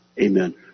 Amen